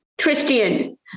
Christian